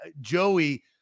Joey